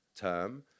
term